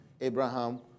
Abraham